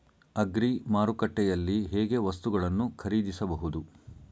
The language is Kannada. ಅಗ್ರಿ ಮಾರುಕಟ್ಟೆಯಲ್ಲಿ ಹೇಗೆ ವಸ್ತುಗಳನ್ನು ಖರೀದಿಸಬಹುದು?